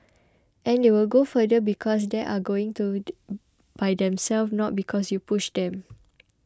and they will go further because they are going to by themselves not because you pushed them